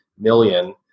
million